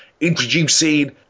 introducing